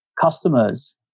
customers